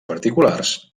particulars